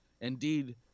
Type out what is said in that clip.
Indeed